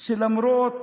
שלמרות